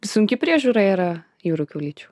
sunki priežiūra yra jūrų kiaulyčių